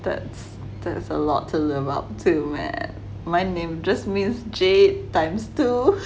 that's a lot to live up to man my name just means jade times two